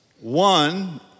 one